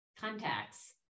contacts